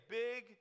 big